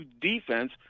defense